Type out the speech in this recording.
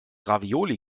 ravioli